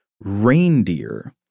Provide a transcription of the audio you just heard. reindeer